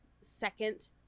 second